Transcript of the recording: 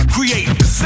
Create